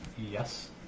Yes